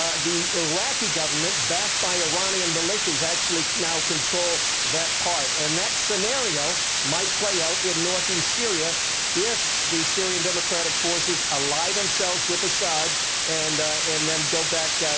ah the iraqi government backed by iranian militias actually now control that part. and that scenario might play out in northeast syria if the syrian democratic forces allay themselves with assad and and then go back,